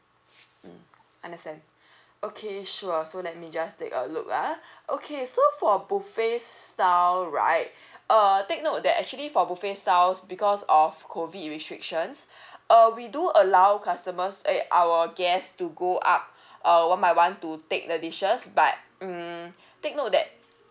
mm understand okay sure so let me just take a look ah okay so for buffet style right uh take note that actually for buffet styles because of COVID restrictions uh we do allow customers eh our guests to go up uh one by one to take the dishes but um take note that